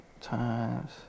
times